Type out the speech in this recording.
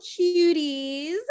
cuties